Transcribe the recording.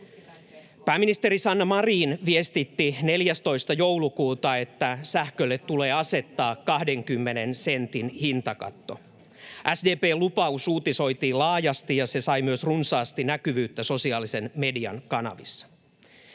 Pääministeri Sanna Marin viestitti 14. joulukuuta, että sähkölle tulee asettaa 20 sentin hintakatto. SDP:n lupaus uutisoitiin laajasti, ja se sai myös runsaasti näkyvyyttä sosiaalisen median kanavissa.